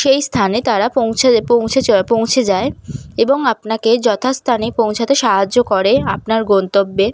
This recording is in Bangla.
সেই স্থানে তারা পৌঁছে পৌঁছে চ পৌঁছে যায় এবং আপনাকে যথাস্থানে পৌঁছাতে সাহায্য করে আপনার গন্তব্যে